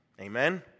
Amen